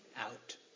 out